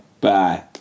Bye